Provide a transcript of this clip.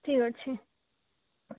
ଠିକ୍ ଅଛି